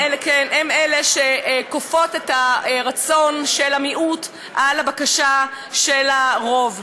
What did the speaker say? הן שכופות את הרצון של המיעוט על הבקשה של הרוב.